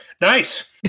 Nice